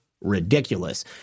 ridiculous